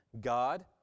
God